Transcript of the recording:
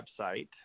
website